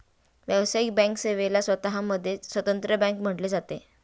व्यावसायिक बँक सेवेला स्वतः मध्ये स्वतंत्र बँक म्हटले जाते